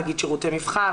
נגיד שירותי מבחן,